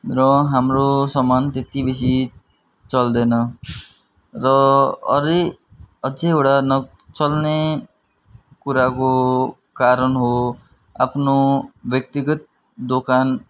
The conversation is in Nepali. र हाम्रो सामान त्यति बेसी चल्दैन र अरु अझ एउटा नचल्ने कुराको कारण हो आफ्नो व्यक्तिगत दोकान